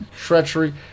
treachery